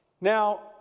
Now